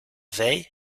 wei